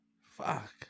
Fuck